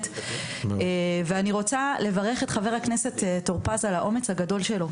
אני רוצה לברך את חבר הכנסת טור פז על האומץ הגדול שלו.